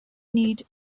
need